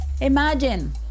Imagine